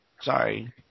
Sorry